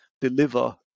deliver